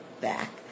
back